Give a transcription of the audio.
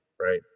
Right